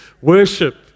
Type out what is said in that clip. Worship